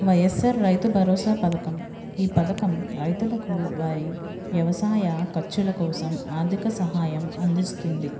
వైయస్సార్ రైతు భరోసా పథకం ఈ పథకం రైతులకు వారి వ్యవసాయ ఖర్చుల కోసం ఆర్థిక సహాయం అందిస్తుంది